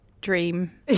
dream